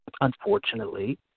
unfortunately